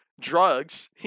drugs